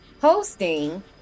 hosting